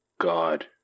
God